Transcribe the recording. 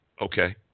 Okay